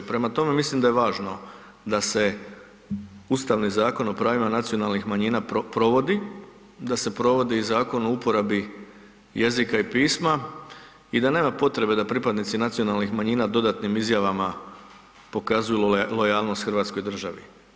Prema tome, mislim da je važno da se Ustavni Zakon o pravima nacionalnih manjina provodi, da se provodi i Zakon o uporabi jezika i pisma i da nema potrebe da pripadnici nacionalnih manjina dodatnim izjavama pokazuju lojalnost hrvatskoj državi.